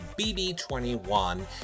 BB21